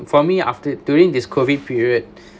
for me after during this COVID period